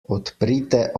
odprite